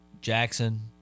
Jackson